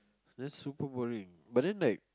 that's super boring but then like